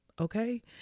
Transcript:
okay